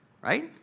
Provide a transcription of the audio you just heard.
right